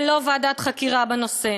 ללא ועדת חקירה בנושא.